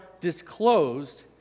disclosed